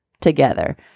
together